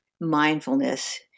mindfulness